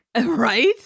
Right